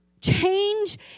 Change